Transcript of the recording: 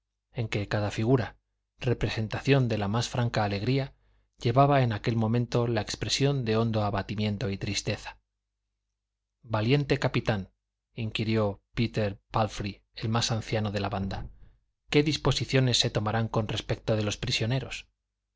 en que cada figura representación de la más franca alegría llevaba en aquel momento la expresión de hondo abatimiento y tristeza valiente capitán inquirió péter pálfrey el más anciano de la banda qué disposiciones se tomarán con respecto de los prisioneros no